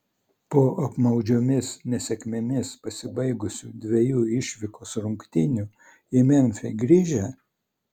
po apmaudžiomis nesėkmėmis pasibaigusių dviejų išvykos rungtynių į memfį grįžę